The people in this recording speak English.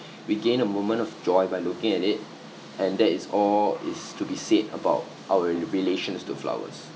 we gain a moment of joy by looking at it and that is all is to be said about our relations to flowers